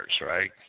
right